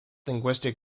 linguistic